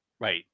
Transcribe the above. right